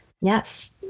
yes